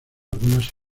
algunas